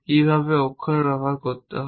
কীভাবে অক্ষর ব্যবহার করতে হয়